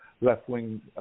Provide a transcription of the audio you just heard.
left-wing